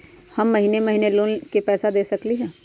हम महिने महिने लोन के पैसा दे सकली ह?